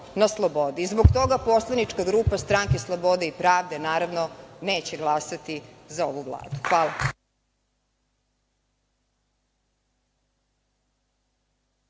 na slobodi. Zbog toga poslanička grupa Stranke slobode i pravde, naravno, neće glasati za ovu Vladu. Hvala.